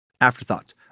afterthought